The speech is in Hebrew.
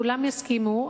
כולם יסכימו,